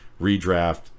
redraft